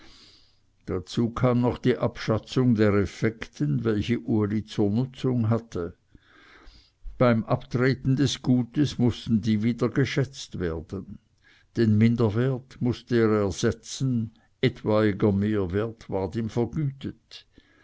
dazu kam noch die abschatzung der effekten welche uli zur nutzung hatte beim abtreten des gutes mußten die wieder geschätzt werden den minderwert mußte er ersetzen etwaiger mehrwert ward ihm vergütet